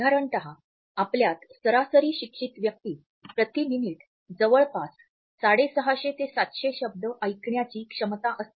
साधारणत आपल्यात सरासरी शिक्षित व्यक्तीत प्रति मिनिट जवळपास 650 ते 700 शब्द ऐकण्याची क्षमता असते